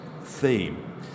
theme